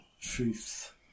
truth